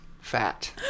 fat